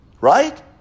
right